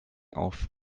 auf